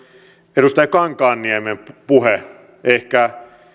edustaja kankaanniemen puhe